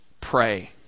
pray